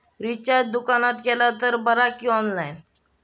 Recharge दुकानात केला तर बरा की ऑनलाइन?